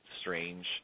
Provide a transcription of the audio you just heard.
strange